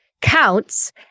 counts